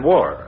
War